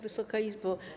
Wysoka Izbo!